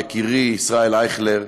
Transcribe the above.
יקירי ישראל אייכלר,